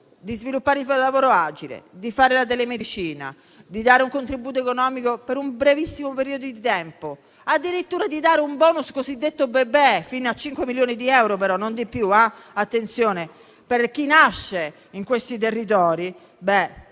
di sviluppare il lavoro agile, di fare la telemedicina, di dare un contributo economico per un brevissimo periodo di tempo, addirittura di dare un *bonus* cosiddetto bebè (fino a 5 milioni di euro però, non di più, attenzione) per chi nasce in questi territori,